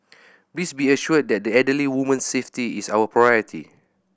please be assured that the elderly woman's safety is our priority